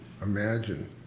imagine